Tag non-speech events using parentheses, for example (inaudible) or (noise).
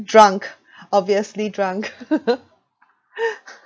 drunk obviously drunk (laughs)